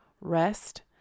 rest